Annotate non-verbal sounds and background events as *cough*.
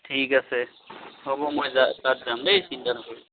ঠিক আছে হ'ব মই যা *unintelligible* তাত যাম দেই চিন্তা নকৰি